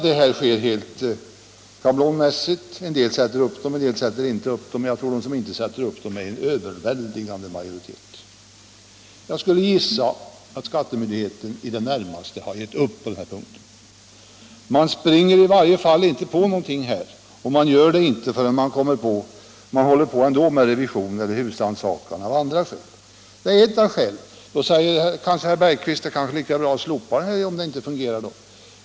Det är en helt schablonmässig redovisning av sådana. En del tar upp sina smycken, andra inte. Jag tror att de som inte gör det är i en överväldigande majoritet. Jag skulle gissa att skattemyndigheterna i det närmaste har givit upp på denna punkt. Man springer i varje fall inte på några fynd förrän man ändå håller på med revision eller husrannsakan av andra skäl. Det är ett av skälen till utskottets tveksamhet. Herr Bergqvist säger då kanske: Det är lika bra att slopa beskattningen av smycken, om den inte fungerar.